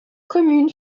commune